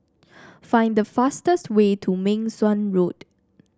find the fastest way to Meng Suan Road